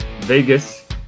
Vegas